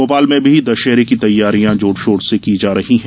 भोपाल में भी दशहरे की तैयारियां जोर शोर से की जा रही है